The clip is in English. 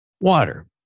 Water